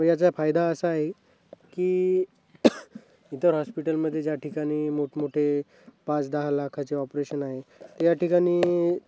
मग याचा फायदा असा आहे की इतर हॉस्पिटलमध्ये ज्या ठिकाणी मोठमोठे पाच दहा लाखाचे ऑपरेशन आहे त्या ठिकाणी